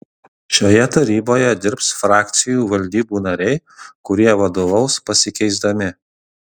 šioje taryboje dirbs frakcijų valdybų nariai kurie vadovaus pasikeisdami